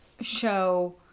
show